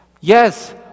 yes